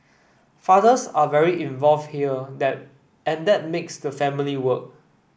fathers are very involve here that and that makes the family work